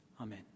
Amen